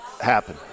happen